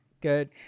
Good